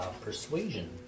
persuasion